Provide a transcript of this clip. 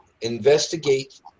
investigate